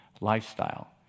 lifestyle